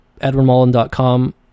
edwardmullen.com